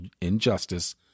injustice